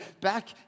back